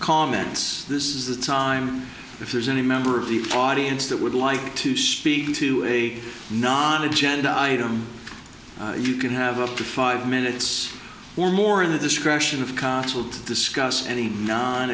comments this is the time if there's any member of the audience that would like to speak to a non agenda item you can have up to five minutes or more in the discretion of council to discuss any